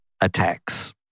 attacks